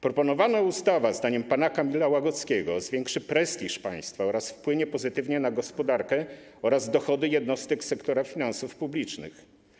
Proponowana ustawa zdaniem pana Kamila Łagodzkiego zwiększy prestiż państwa oraz pozytywnie wpłynie na gospodarkę oraz dochody jednostek sektora finansów publicznych.